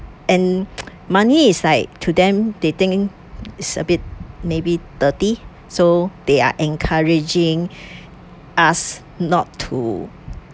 and money is like to them they think is a bit maybe dirty so they are encouraging us not to